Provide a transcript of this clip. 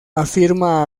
afirma